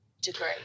degree